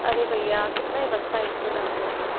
अरे भैया कितना ही बचता है इसमें दारू में तो